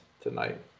tonight